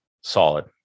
Solid